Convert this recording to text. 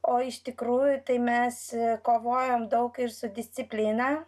o iš tikrųjų tai mes kovojom daug ir su disciplina